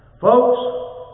Folks